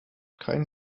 kein